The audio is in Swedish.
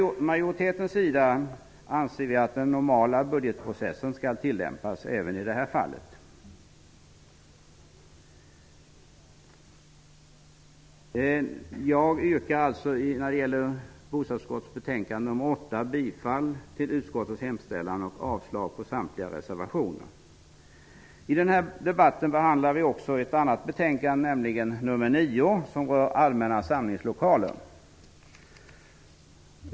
Majoriteten anser att den normala budgetprocessen skall tillämpas även i det här fallet. När det gäller bostadsutskottets betänkande 8 yrkar jag därför bifall till utskottets hemställan och avslag på samtliga reservationer. I den här debatten behandlar vi också bostadsutskottets betänkande 9 som rör allmänna samlingslokaler.